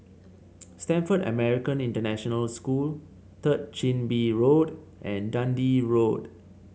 Stamford American International School Third Chin Bee Road and Dundee Road